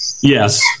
Yes